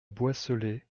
boisselée